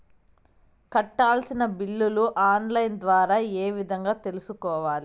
కట్టాల్సిన బిల్లులు online ద్వారా ఏ విధంగా తెలుసుకోవాలి?